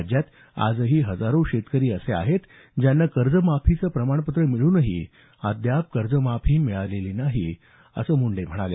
राज्यात आजही हजारो शेतकरी असे आहेत ज्यांना कर्जमाफीचं प्रमाणपत्र मिळूनही अद्याप कर्जमाफी मिळालेली नाही असा आरोप मुंडे यांनी केला